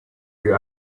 you